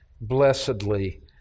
blessedly